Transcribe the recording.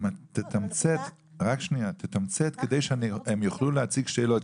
תתמצת כדי שהם יוכלו להציג שאלות,